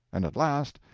and at last,